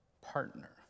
partner